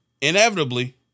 inevitably